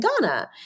Ghana